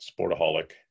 sportaholic